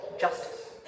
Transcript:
justice